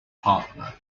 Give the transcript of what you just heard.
padma